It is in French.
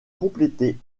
complété